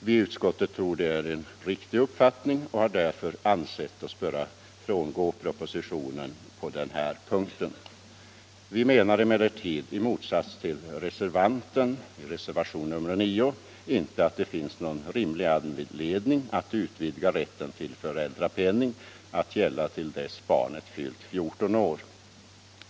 Vi i utskottet tror att det är en riktig uppfattning och har därför ansett oss böra frångå propositionen på den punkten. Vi menar emellertid, i motsats till reservanten i reservationen 9, att det inte finns någon rimlig anledning att utvidga rätten till föräldrapenning att gälla tills barnet har fyllt 14 år.